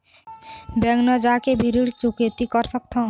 Bank न जाके भी ऋण चुकैती कर सकथों?